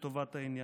לטובת העניין.